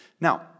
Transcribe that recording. Now